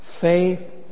Faith